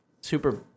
super